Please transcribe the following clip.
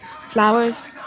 Flowers